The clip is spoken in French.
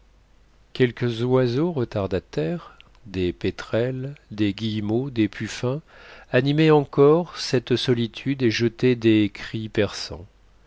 quelques oiseaux retardataires des pétrels des guillemots des puffins animaient encore cette solitude et jetaient des cris perçants